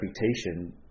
reputation